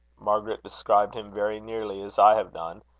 margaret described him very nearly as i have done,